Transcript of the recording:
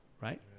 Right